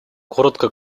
коротко